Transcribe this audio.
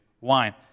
wine